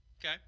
Okay